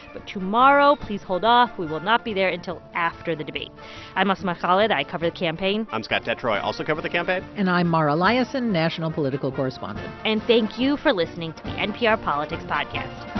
but tomorrow, please hold off. we will not be there until after the debate i'm asma khalid. i cover the campaign i'm scott detrow. i also cover the campaign and i'm mara liasson, national political correspondent and thank you for listening to the npr politics podcast